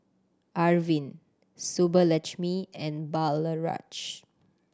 Arvind Subbulakshmi and